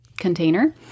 container